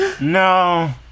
No